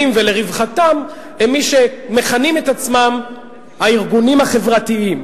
ולרווחתם הם מי שמכנים את עצמם הארגונים החברתיים,